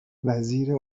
وزیر